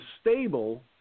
stable